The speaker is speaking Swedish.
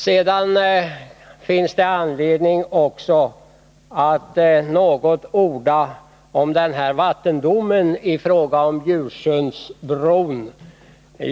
Det finns också anledning att något orda om vattendomen i fråga om Bjursundsbron.